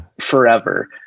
forever